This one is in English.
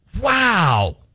Wow